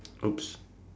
!oops!